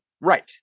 right